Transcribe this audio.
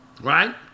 Right